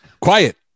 quiet